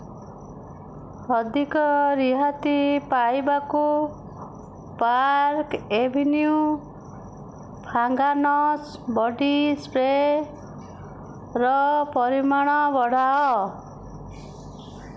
ଅଧିକ ରିହାତି ପାଇବାକୁ ପାର୍କ୍ ଏଭିନ୍ୟୁ ଫ୍ରେଗନେନ୍ସ ବଡ଼ି ସ୍ପ୍ରେର ପରିମାଣ ବଢ଼ାଅ